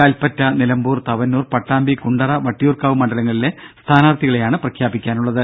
കൽപ്പറ്റ നിലമ്പൂർ തവനൂർ പട്ടാമ്പി കുണ്ടറ വട്ടിയൂർക്കാവ് മണ്ഡലങ്ങളിലെ സ്ഥാനാർത്ഥികളെയാണ് പ്രഖ്യാപിക്കാനുള്ളത്